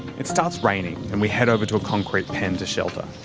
it starts raining and we head over to a concrete pen to shelter